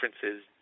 differences